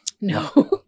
No